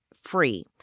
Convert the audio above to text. free